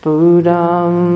Buddham